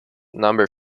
number